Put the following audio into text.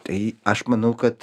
tai aš manau kad